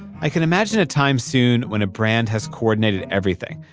i can imagine a time soon when a brand has coordinated everything,